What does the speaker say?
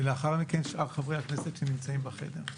ולאחר מכן שאר חברי הכנסת שנמצאים בחדר.